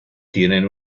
tienen